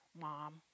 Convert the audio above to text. mom